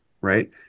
right